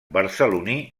barceloní